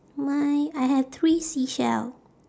mine I have three seashell